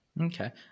Okay